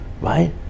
right